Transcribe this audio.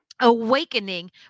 Awakening